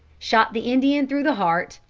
shot the indian through the heart,